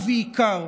ובעיקר,